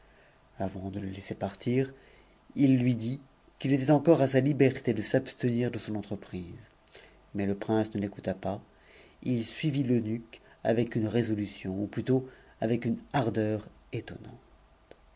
avant de le laisser partir il lui dit qu'il était encore as liberté de s'abstenir de son entreprise mais le prince ne l'écouta pas suivit l'eunuque avec une résolution ou plutôt avec une ardeur étonuantc